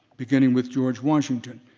beginning with george washington.